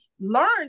learn